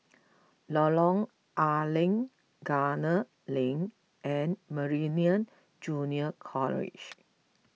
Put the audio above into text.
Lorong A Leng Gunner Lane and Meridian Junior College